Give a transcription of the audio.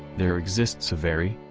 there exists a very,